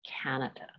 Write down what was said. Canada